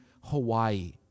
Hawaii